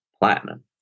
platinum